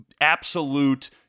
absolute